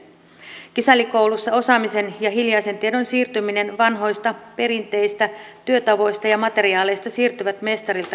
kisällikoulussa osaaminen ja hiljainen tieto vanhoista perinteisistä työtavoista ja materiaaleista siirtyvät mestarilta kisällille